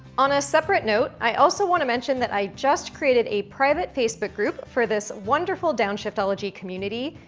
on a separate note, i also want to mention that i just created a private facebook group for this wonderful downshiftology community,